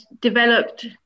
developed